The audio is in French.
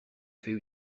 fait